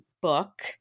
book